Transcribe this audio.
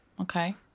Okay